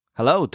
Hello